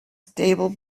stable